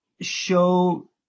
show